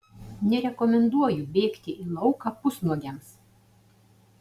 nerekomenduoju bėgti į lauką pusnuogiams